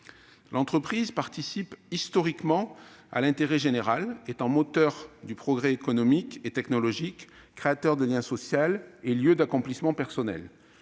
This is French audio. L'entreprise participe historiquement à l'intérêt général, en étant moteur du progrès économique et technologique, créatrice de lien social et lieu d'accomplissement personnel.